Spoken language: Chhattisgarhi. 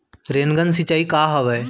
रेनगन सिंचाई का हवय?